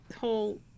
whole